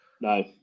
No